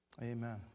Amen